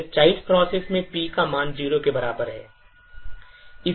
अब childs process में P का मान 0 के बराबर है